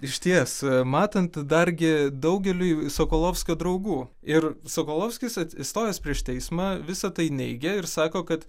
išties matant dargi daugeliui sokolovskio draugų ir sokolovskis atsistojęs prieš teismą visa tai neigė ir sako kad